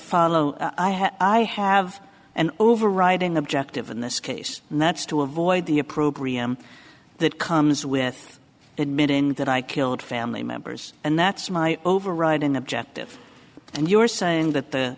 follow i have i have an overriding objective in this case and that's to avoid the a program that comes with admitting that i killed family members and that's my overriding objective and you're saying that the